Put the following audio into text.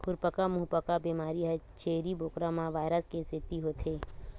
खुरपका मुंहपका बेमारी ह छेरी बोकरा म वायरस के सेती होथे